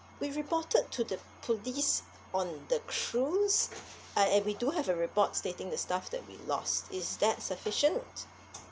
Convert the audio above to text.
we reported to the police on the cruise uh and we do have a report stating the stuff that we lost is that sufficient